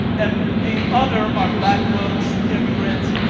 and the other are black folks, immigrants,